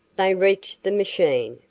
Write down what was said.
they reached the machine,